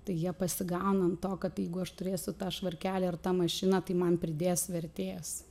tai jie pasigauna ant to kad jeigu aš turėsiu tą švarkelį ar tą mašiną tai man pridės vertės